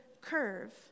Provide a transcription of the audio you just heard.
curve